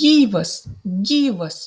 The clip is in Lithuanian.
gyvas gyvas